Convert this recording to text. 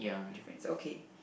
difference okay